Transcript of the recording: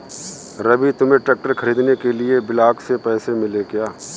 रवि तुम्हें ट्रैक्टर खरीदने के लिए ब्लॉक से पैसे मिले क्या?